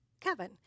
Kevin